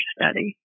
study